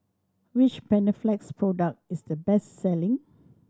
which Panaflex product is the best selling